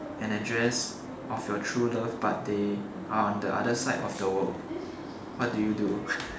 an address of your true love but they are on the other side of the world what do you do